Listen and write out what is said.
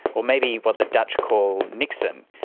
or maybe what the dutch call niksen.